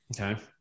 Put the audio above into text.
Okay